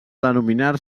denominar